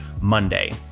Monday